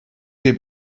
dem